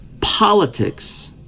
Politics